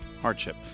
hardship